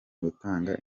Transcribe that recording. gutanga